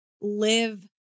live